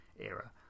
era